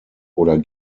oder